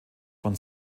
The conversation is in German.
von